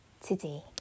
today